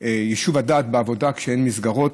יישוב הדעת בעבודה כשאין מסגרות.